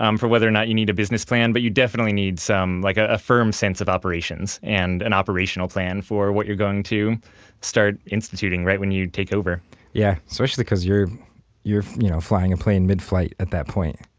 um for whether or not you need a business plan, but you definitely need like ah a firm sense of operations and an operational plan for what you're going to start instituting right when you take over. ashkahn yeah, especially because you're you're you know flying a plane mid-flight at that point.